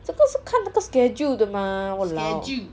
这个是看那个 schedule 的吗 !walao!